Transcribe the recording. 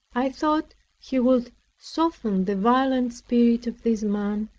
i thought he would soften the violent spirit of this man,